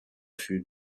sud